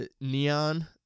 Neon